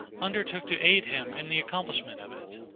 undertook to aid him in the accomplishment of it.